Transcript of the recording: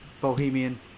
bohemian